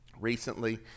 recently